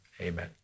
Amen